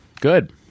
Good